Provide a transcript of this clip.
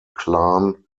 klan